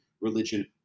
religion